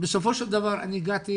בסופו של דבר אני הגעתי